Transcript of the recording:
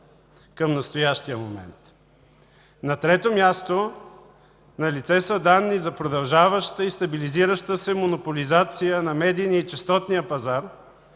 към настоящия момент. На трето място, налице са данни за продължаваща и стабилизираща се монополизация на медийния честотен пазар